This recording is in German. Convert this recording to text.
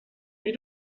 wie